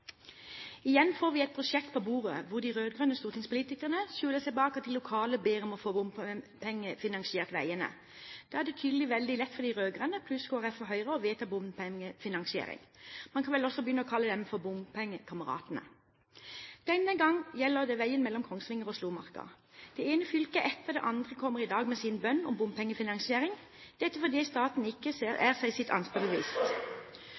Igjen får vi et prosjekt på bordet hvor de rød-grønne stortingspolitikerne skjuler seg bak at de lokale ber om å få bompengefinansiert veiene. Da er det tydelig veldig lett for de rød-grønne, pluss Kristelig Folkeparti og Høyre, å vedta bompengefinansiering. Man kan vel også begynne å kalle dem for bompengekameratene. Denne gang gjelder det rv. 2 Kongsvinger–Slomarka. Det ene fylket etter det andre kommer i dag med sin bønn om bompengefinansiering – dette fordi staten ikke